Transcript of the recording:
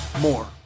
more